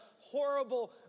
horrible